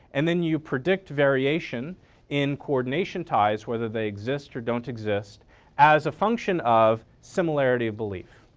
and then you predict variation in coordination ties whether they exist or don't exist as a function of similarity of belief.